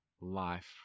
life